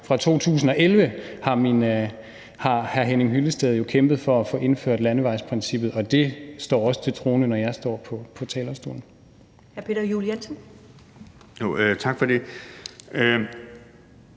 før, ved hr. Henning Hyllested kæmpet for at få indført landevejsprincippet, og det står også til troende, når jeg står på talerstolen.